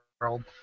world